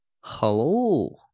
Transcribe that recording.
Hello